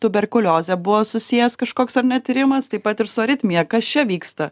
tuberkulioze buvo susijęs kažkoks ar ne tyrimas taip pat ir su aritmija kas čia vyksta